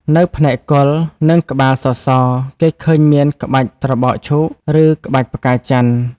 នៅផ្នែកគល់ និងក្បាលសសរ គេឃើញមាន ក្បាច់ត្របកឈូក ឬ ក្បាច់ផ្កាចន្ទន៍។